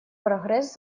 прогресс